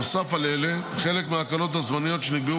נוסף לאלה חלק מההקלות הזמניות שנקבעו